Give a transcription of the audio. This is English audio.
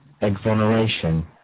Exoneration